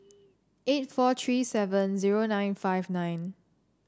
eight four three seven zero nine five nine